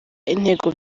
intego